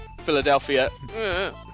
Philadelphia